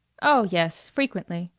oh, yes. frequently.